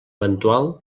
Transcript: eventual